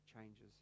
changes